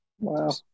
Wow